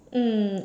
mm